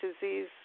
disease